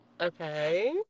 Okay